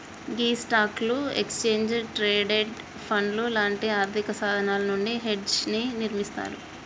గీ స్టాక్లు, exchange traded పండ్లు లాంటి ఆర్థిక సాధనాలు నుండి హెడ్జ్ ని నిర్మిస్తారు